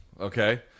Okay